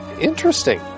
interesting